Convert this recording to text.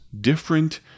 different